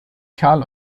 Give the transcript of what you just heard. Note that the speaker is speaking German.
karl